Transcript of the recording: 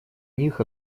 них